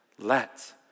Let